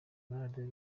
maradiyo